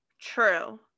true